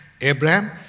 Abraham